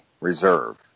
reserve